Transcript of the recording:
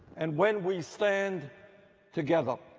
and when we stand together,